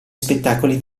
spettacoli